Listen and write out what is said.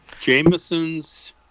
Jameson's